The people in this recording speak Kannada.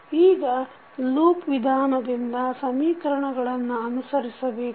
ಈಗ ಲೂಪ್ ವಿಧಾನದಿಂದ ಸಮೀಕರಣಗಳನ್ನು ಅನುಕರಿಸಬೇಕು